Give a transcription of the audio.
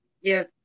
Yes